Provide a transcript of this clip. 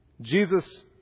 Jesus